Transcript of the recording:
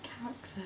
Character